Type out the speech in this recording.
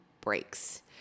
breaks